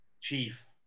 chief